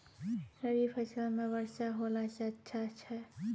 रवी फसल म वर्षा होला से अच्छा छै?